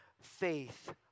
faith